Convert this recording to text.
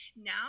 now